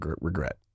regret